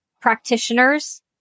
practitioners